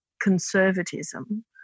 conservatism